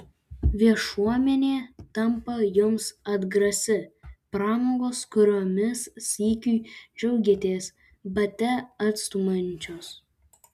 viešuomenė tampa jums atgrasi pramogos kuriomis sykiu džiaugėtės bate atstumiančios